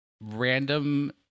random